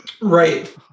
Right